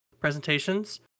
Presentations